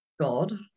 God